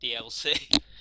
DLC